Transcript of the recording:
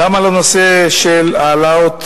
גם על הנושא של העלאות